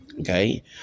Okay